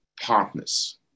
partners